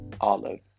Olive